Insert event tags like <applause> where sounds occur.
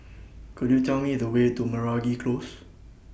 <noise> Could YOU Tell Me The Way to Meragi Close